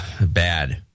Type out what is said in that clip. bad